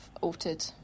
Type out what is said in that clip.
altered